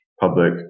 public